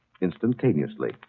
instantaneously